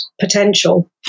potential